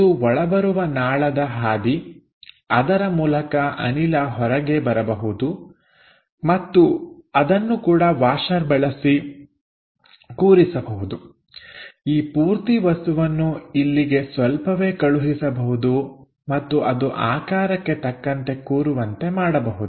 ಇದು ಒಳಬರುವ ನಾಳದ ಹಾದಿ ಅದರ ಮೂಲಕ ಅನಿಲ ಹೊರಗೆ ಬರಬಹುದು ಮತ್ತು ಅದನ್ನು ಕೂಡ ವಾಷರ್ ಬಳಸಿ ಕೂರಿಸಬಹುದು ಈ ಪೂರ್ತಿ ವಸ್ತುವನ್ನುಇಲ್ಲಿಗೆ ಸ್ವಲ್ಪವೇ ಕಳುಹಿಸಬಹುದು ಮತ್ತು ಅದು ಆಕಾರಕ್ಕೆ ತಕ್ಕಂತೆ ಕೂರುವಂತೆ ಮಾಡಬಹುದು